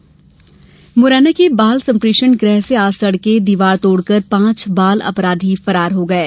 बाल अपराधी मुरैना के बाल सम्प्रेक्षण गृह से आज तड़के दीवार तोड़कर पांच बाल अपराधी फरार हो गये